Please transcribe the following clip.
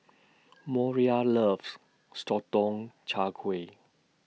Moriah loves Sotong Char Kway